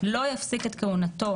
לא יפסיק את כהונתו